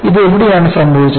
ഇത് എവിടെയാണ് സംഭവിച്ചത്